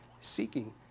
seeking